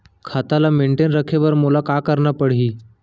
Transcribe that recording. खाता ल मेनटेन रखे बर मोला का करना पड़ही?